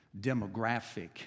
demographic